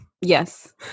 yes